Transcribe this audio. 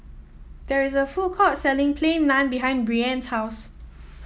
there is a food court selling Plain Naan behind Brianne's house